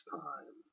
time